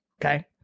Okay